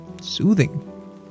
soothing